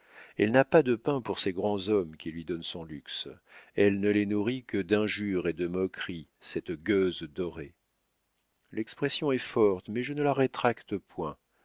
elle n'a pas de pain pour ses grands hommes qui lui donnent son luxe elle ne les nourrit que d'injures et de moqueries cette gueuse dorée l'expression est forte mais je ne la rétracte point